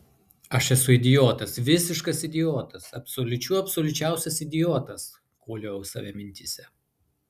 aš esu idiotas visiškas idiotas absoliučių absoliučiausias idiotas koliojau save mintyse